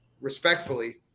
respectfully